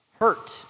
Hurt